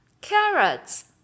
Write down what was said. Carrots